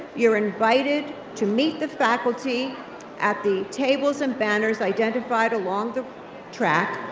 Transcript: you're invited to meet the faculty at the tables and banners identified along the track